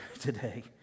today